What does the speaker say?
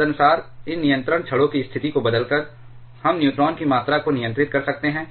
तदनुसार इन नियंत्रण छड़ों की स्थिति को बदलकर हम न्यूट्रॉन की मात्रा को नियंत्रित कर सकते हैं